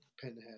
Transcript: Pinhead